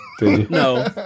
No